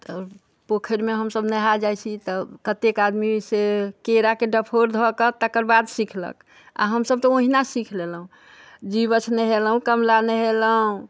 तऽ पोखरिमे हमसब नहाय जाइ छी तऽ कतेक आदमीसँ केराके डफोर धऽ कऽ तकर बाद सीखलक आओर हमसब तऽ ओहिना सीख लेलहुँ जीवछ नहेलहुँ कमला नहेलहुँ